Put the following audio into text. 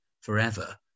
forever